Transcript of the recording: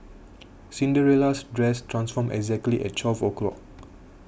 Cinderella's dress transformed exactly at twelve o'clock